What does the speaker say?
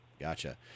Gotcha